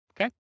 okay